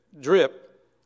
drip